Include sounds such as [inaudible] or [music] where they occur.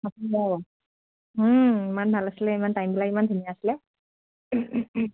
[unintelligible] ইমান ভাল আছিলে ইমান টাইমবিলাক ইমান ধুনীয়া আছিলে